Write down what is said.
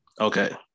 Okay